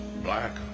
Black